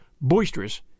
boisterous